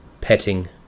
petting